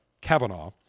Kavanaugh